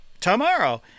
tomorrow